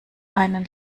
einen